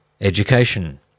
education